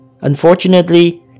Unfortunately